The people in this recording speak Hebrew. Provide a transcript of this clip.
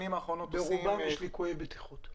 ברובם יש ליקויי בטיחות.